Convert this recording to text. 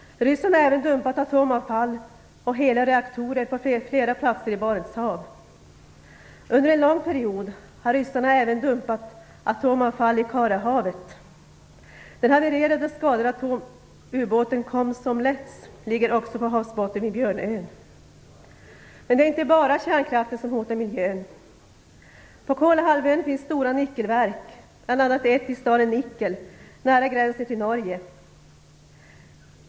Ryssland har även dumpat atomavfall och hela reaktorer på flera platser i Barents hav. Under en lång period har ryssarna även dumpat atomavfall i Karahavet. Den havererade och skadade atomubåten Komsomlets ligger också på havsbotten vid Björnön. Det är inte bara kärnkraften som hotar miljön. På Kolahalvön finns stora nickelverk, bl.a. ett i staden Nikel, nära gränsen till Norge.